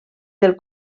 del